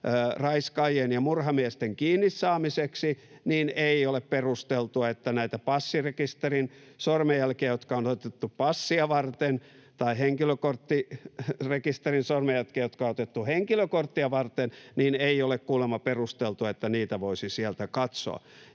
raiskaajien ja murhamiesten kiinni saamiseksi, niin ei ole kuulemma perusteltua, että näitä passirekisterin sormenjälkiä, jotka on otettu passia varten, tai henkilökorttirekisterin sormenjälkiä, jotka on otettu henkilökortteja varten, voisi sieltä katsoa.